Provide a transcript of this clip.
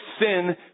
sin